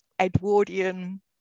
Edwardian